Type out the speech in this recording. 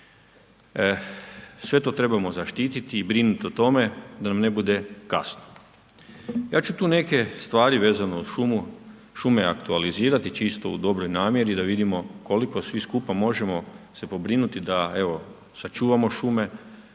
Sve to trebamo zaštititi i brinut o tome da nam ne bude kasno. Ja ću tu neke stvari vezano uz šume aktualizirati čisto u dobroj namjeri da vidimo koliko svi skupa možemo se pobrinuti da evo sačuvamo šume,